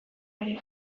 ere